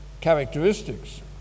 characteristics